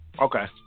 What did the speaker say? Okay